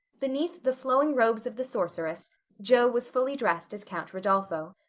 beneath the flowing robes of the sorceress jo was fully dressed as count rodolpho.